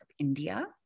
India